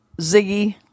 Ziggy